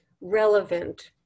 relevant